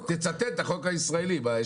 תצטט את החוק הישראלי.